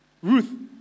Ruth